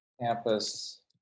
campus